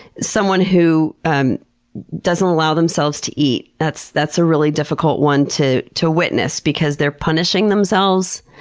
someone who um doesn't allow themselves to eat that's that's a really difficult one to to witness because they're punishing themselves,